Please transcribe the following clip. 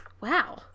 Wow